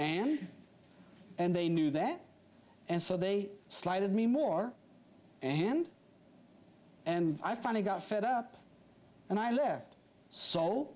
and and they knew that and so they slighted me more and and i finally got fed up and i left so